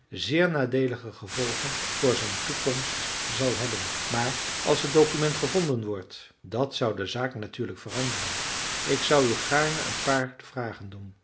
zeer nadeelige gevolgen voor zijn toekomst zal hebben maar als het document gevonden wordt dat zou de zaak natuurlijk veranderen ik zou u gaarne een paar vragen doen